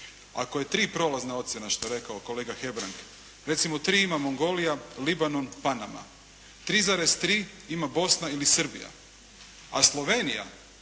Ako je 3 prolazna ocjena šta je rekao kolega Hebrang, recimo 3 ima Mongolija, Libanon, Panama. 3,3 ima Bosna ili Srbija, a Slovenija